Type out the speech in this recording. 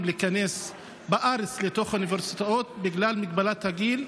להיכנס לאוניברסיטאות בארץ בגלל מגבלת הגיל.